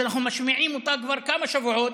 שאנחנו משמיעים כבר כמה שבועות,